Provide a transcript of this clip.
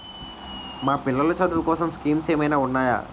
మా పిల్లలు చదువు కోసం స్కీమ్స్ ఏమైనా ఉన్నాయా?